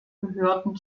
gehörten